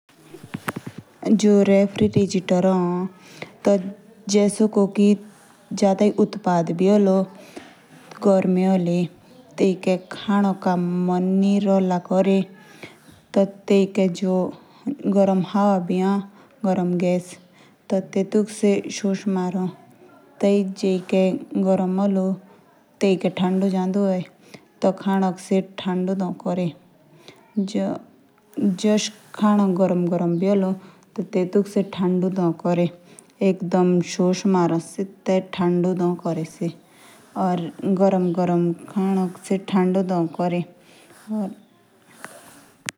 जो रेफ्रिजरेटर भी ए। अगर कोई मुझे गर्म करता है या उड़ता है। ते से तेतुक गरमी मुझ खाना बने का मन बी ना करो या सेओ तेतुक गरमी से टांडा दो करी।